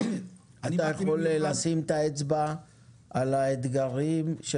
אתה יכול לשים את האצבע על האתגרים של